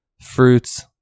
fruits